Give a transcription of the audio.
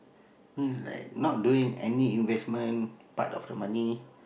means like not doing any investment part of the money